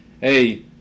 hey